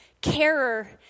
carer